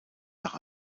nach